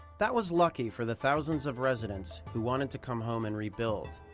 that was lucky for the thousands of residents who wanted to come home and rebuild.